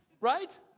Right